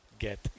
get